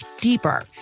deeper